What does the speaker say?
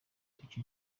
icyo